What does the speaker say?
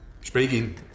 Speaking